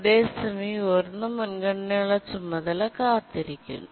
അതേസമയം ഉയർന്ന മുൻഗണനയുള്ള ചുമതല കാത്തിരിക്കുന്നു